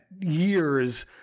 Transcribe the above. years